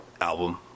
album